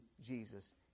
Jesus